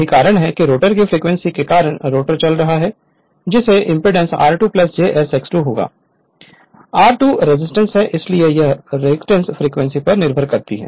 यही कारण है कि रोटर की फ्रीक्वेंसी के कारण रोटर चल रहा है जिससे impedance r2 j s X 2 होगा r2 रेजिस्टेंस है लेकिन यह रिएक्टेंस फ्रीक्वेंसी पर निर्भर करती है